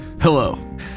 Hello